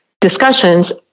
discussions